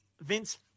Vince